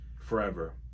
forever